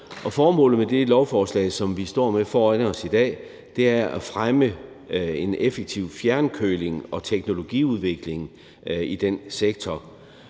Formålet med det lovforslag, som vi står med foran os i dag, er at fremme en effektiv fjernkøling og teknologiudvikling i den sektor.